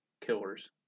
killers